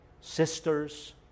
sisters